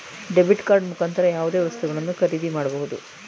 debit card ಮುಖಾಂತರ ಯಾವುದೇ ವಸ್ತುಗಳನ್ನು ಖರೀದಿ ಮಾಡಬಹುದು